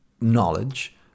knowledge